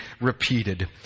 repeated